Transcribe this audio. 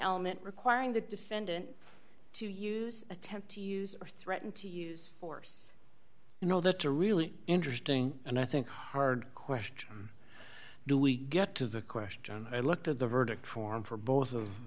element requiring the defendant to use attempt to use or threaten to use force you know that's a really interesting and i think hard question do we get to the question i looked at the verdict form for both of